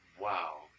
Wow